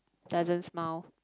doesn't smile